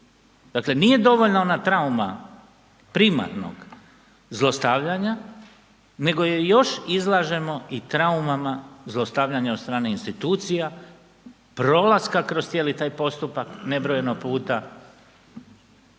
Dakle nije dovoljna ona trauma primarnog zlostavljanja nego je još izlažemo i traumama zlostavljanja od strane institucija, prolaska kroz cijeli taj postupak nebrojeno puta